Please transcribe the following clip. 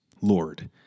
Lord